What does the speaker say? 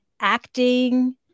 acting